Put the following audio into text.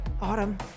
Autumn